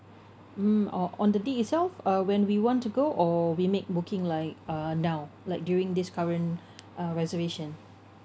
mm uh on the day itself uh when we want to go or we make booking like uh now like during this current uh reservation